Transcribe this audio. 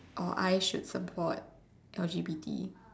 or I should support L_G_B_T